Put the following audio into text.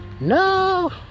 No